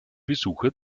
besucher